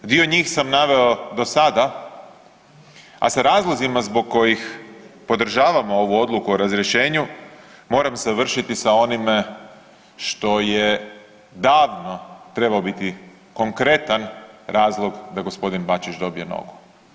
Dio njih sam naveo do sada, a sa razlozima zbog kojih podržavamo ovu odluku o razrješenju moram završiti sa onim što je davno trebao biti konkretan razlog da gospodin Bačić dobije nogu.